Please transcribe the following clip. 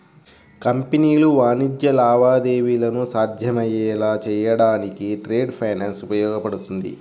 కంపెనీలు వాణిజ్య లావాదేవీలను సాధ్యమయ్యేలా చేయడానికి ట్రేడ్ ఫైనాన్స్ ఉపయోగపడుతుంది